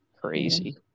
Crazy